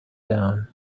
down